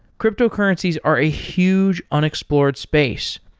cryptocurrency are a huge unexplored space.